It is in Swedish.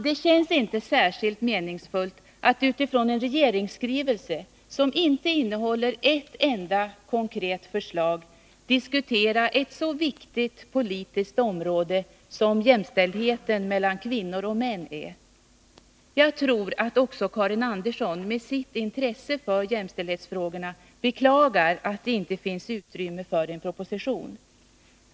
Det känns inte särskilt meningsfullt att utifrån en regeringsskrivelse som inte innehåller ett enda konkret förslag diskutera ett så viktigt politiskt område som jämställdheten mellan kvinnor och män är. Jag tror att också Karin Andersson med sitt intresse för jämställdhetsfrågorna beklagar att det inte finns utrymme för en proposition.